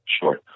sure